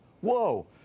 Whoa